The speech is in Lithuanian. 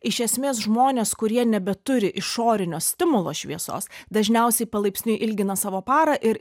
iš esmės žmonės kurie nebeturi išorinio stimulo šviesos dažniausiai palaipsniui ilgina savo parą ir